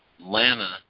Lana